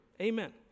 Amen